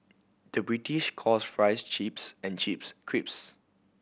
the British calls fries chips and chips crisps